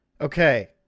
Okay